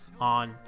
on